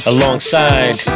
Alongside